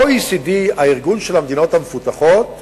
ה-OECD, הארגון של המדינות המפותחות,